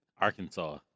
Arkansas